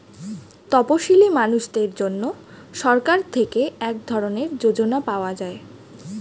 তপসীলি মানুষদের জন্য সরকার থেকে এক ধরনের যোজনা পাওয়া যায়